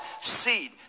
seed